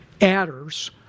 adders